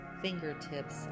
fingertips